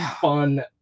fun